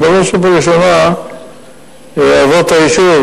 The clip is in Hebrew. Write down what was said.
והם בראש ובראשונה אבות היישוב,